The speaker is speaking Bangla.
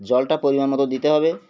জলটা পরিমাণ মতো দিতে হবে